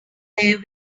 there